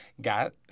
got